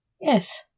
Yes